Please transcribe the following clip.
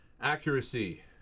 Accuracy